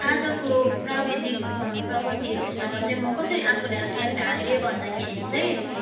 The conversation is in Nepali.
आजको प्राविधिक प्रगतिहरूसँग चाहिँ म कसरी आफूले आफूलाई ढालेँ भन्दाखेरि चाहिँ